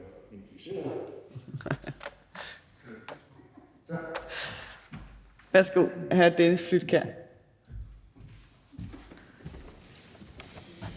Værsgo, hr. Dennis Flydtkjær.